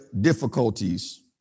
difficulties